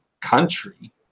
country